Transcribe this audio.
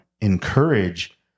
encourage